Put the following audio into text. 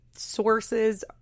Sources